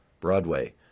Broadway